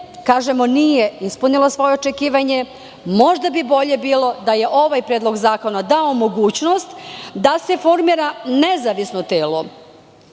jer nije ispunila svoje očekivanje. Možda bi bolje bilo da je ovaj predlog zakona dao mogućnost da se formira nezavisno telo